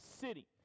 city